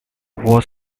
was